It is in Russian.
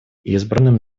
избранным